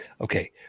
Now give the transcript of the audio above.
Okay